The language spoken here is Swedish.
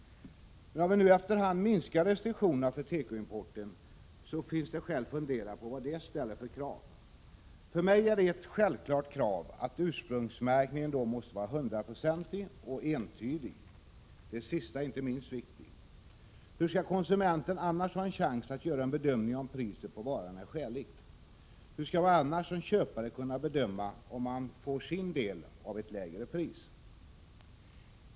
Om vi nu efter hand minskar restriktionerna för tekoimporten, så finns det skäl att fundera på vad detta ställer för krav. För mig är ett krav självklart, nämligen att ursprungsmärkningen då måste vara hundraprocentig och entydig — det sista inte minst viktigt. Hur skall konsumenten annars ha en chans att göra en bedömning huruvida priset på varan är skäligt? Hur skall man annars som köpare kunna bedöma om man får sin del i form av ett lägre pris?